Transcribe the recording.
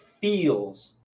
feels